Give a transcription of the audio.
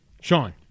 Sean